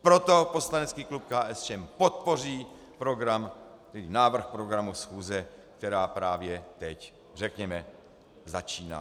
Proto poslanecký klub KSČM podpoří program, tedy návrh programu schůze, která právě teď, řekněme, začíná.